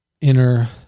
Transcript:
inner